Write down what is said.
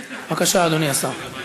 בבקשה, אדוני השר.